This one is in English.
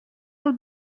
will